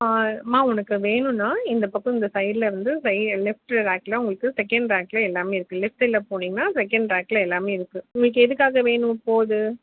அம்மா உனக்கு வேணும்னா இந்தப் பக்கம் இந்த சைடில் இருந்து ரை லெஃப்ட் ரேக்கில் உங்களுக்கு செகண்ட் ரேக்கில் எல்லாமே இருக்குது லெஃப்ட் சைடில் போனீங்கனால் செகண்ட் ரேக்கில் எல்லாமே இருக்குது உங்களுக்கு எதுக்காக வேணும் இப்போது